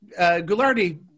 gulardi